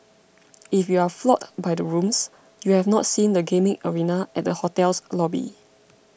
if you're floored by the rooms you have not seen the gaming arena at the hotel's lobby